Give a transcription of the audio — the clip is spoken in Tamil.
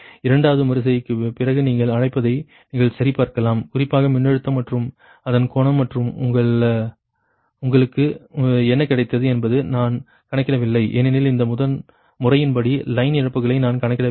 இரண்டாவது மறு செய்கைக்குப் பிறகு நீங்கள் அழைப்பதை நீங்கள் சரிபார்க்கலாம் குறிப்பாக மின்னழுத்தம் மற்றும் அதன் கோணம் மற்றும் உங்களுக்கு என்ன கிடைத்தது என்பதை நான் கணக்கிடவில்லை ஏனெனில் இந்த முறையின்படி லைன் இழப்புகளை நான் கணக்கிடவில்லை